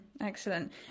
Excellent